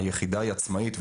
היחידה היא עצמאית,